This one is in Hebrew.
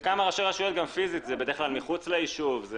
ובדרך כלל מחוץ לישוב.